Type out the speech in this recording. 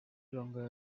longer